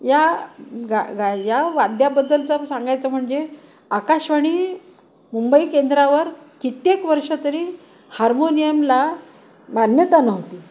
या गा गा या वाद्याबद्दलचं सांगायचं म्हणजे आकाशवाणी मुंबई केंद्रावर कित्येक वर्ष तरी हार्मोनियमला मान्यता नव्हती